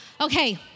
Okay